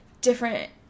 different